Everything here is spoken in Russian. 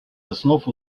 основ